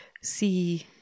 see